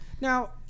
Now